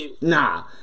nah